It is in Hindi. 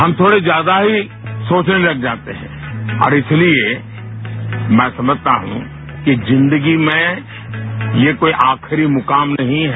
हम थोड़े ज्यादा ही सोचने लग जाते है और इसलिए मैं समझता हूं कि जिन्दगी में ये कोई आखिरी मुकाम नहीं है